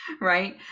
right